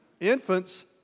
infants